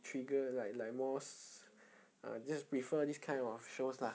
trigger like like most just prefer this kind of shows lah